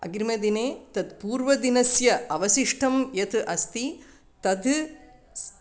अग्रिमे दिने तत्पूर्वदिनस्य अवशिष्टं यत् अस्ति तद् स्